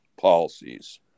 policies